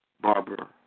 Barbara